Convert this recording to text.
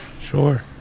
Sure